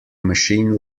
machine